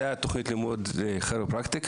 זאת תוכנית הלימוד לכירופרקטיקה,